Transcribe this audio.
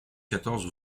quatorze